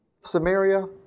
Samaria